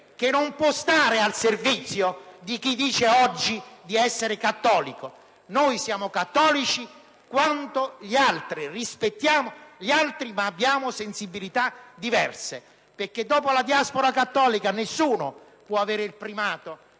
che non può stare al servizio di chi dice oggi di essere cattolico. Noi siamo cattolici quanto gli altri; rispettiamo gli altri, ma abbiamo sensibilità diverse, perché dopo la diaspora cattolica nessuno può avere il primato